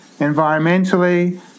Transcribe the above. environmentally